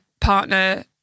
partner